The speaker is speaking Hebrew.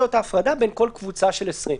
להיות ההפרדה בין כל קבוצה של 20 אנשים?